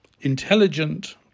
Intelligent